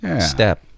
step